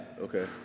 Okay